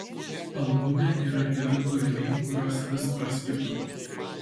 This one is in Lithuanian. albume yra keli kūriniai kuriuos vis praskipinu